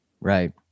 right